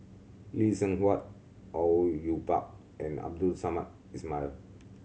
Lee Seng Huat Au Yue Pak and Abdul Samad Ismail